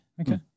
Okay